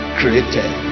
created